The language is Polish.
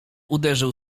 uderzył